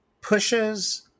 pushes